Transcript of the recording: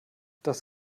das